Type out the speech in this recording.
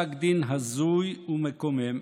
בפסק דין הזוי ומקומם,